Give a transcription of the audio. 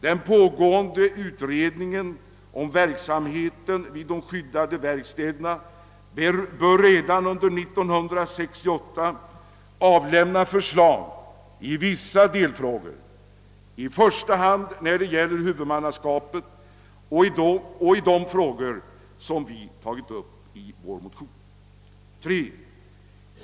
Den pågående utredningen om verksamheten vid de skyddade verkstäderna bör redan under 1969 avlämna förslag i vissa delfrågor, i första hand när det gäller huvudmannaskapet och de frågor som vi tagit upp motionsledes. 3.